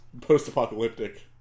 ...post-apocalyptic